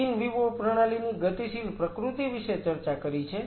આપણે in vivo પ્રણાલીની ગતિશીલ પ્રકૃતિ વિશે ચર્ચા કરી છે